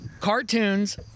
cartoons